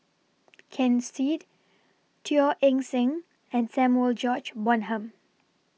Ken Seet Teo Eng Seng and Samuel George Bonham